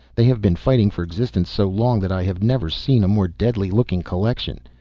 they have been fighting for existence so long that i have never seen a more deadly looking collection.